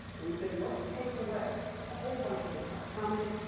and we say, let's take away a whole bunch of the parts. how many?